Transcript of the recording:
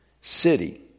city